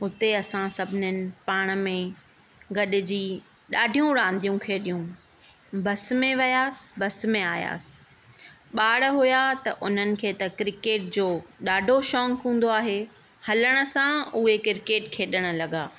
उते असां सभिनीनि पाण में गॾिजी ॾाढियूं रांदियूं खेॾियूं बस में वियासीं बस में आयासीं ॿार हुया त हुननि खे त क्रिकेट जो ॾाढो शौक़ु हूंदो आहे हलण सां उहे क्रिकेट खेॾण लॻा